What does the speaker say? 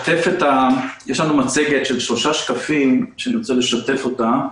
יש לנו מצגת של שלושה שקפים שאני רוצה לשתף אותה.